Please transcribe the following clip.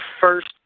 first